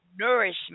nourishment